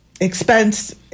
expense